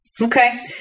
Okay